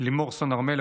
לימור סון הר מלך,